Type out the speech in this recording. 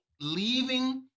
leaving